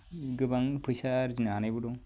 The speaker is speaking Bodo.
गोबां फैसा आरजिनो हानायबो दं